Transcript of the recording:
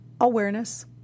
Awareness